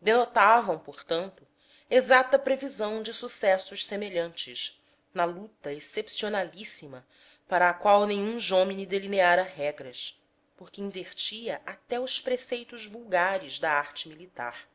denotavam portanto exata previsão de sucessos semelhantes na luta excepcionalíssima para a qual nenhum jomini delineara regras porque invertia até os preceitos vulgares da arte militar